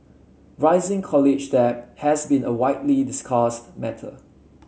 rising college debt has been a widely discussed matter